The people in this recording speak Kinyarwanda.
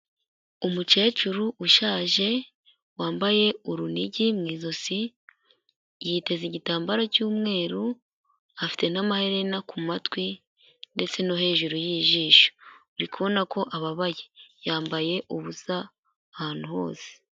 Umukecuru ushaje, wambaye urunigi mu ijosi, yiteze igitambaro cy'umweru afite n'amaherena ku matwi ndetse no hejuru y'ijisho, uri kubona ko ababaye, yambaye ubusa ahantu hose.